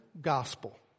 gospel